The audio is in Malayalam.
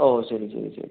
ഓ ശരി ശരി ശരി